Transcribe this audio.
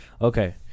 Okay